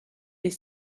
les